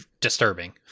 disturbing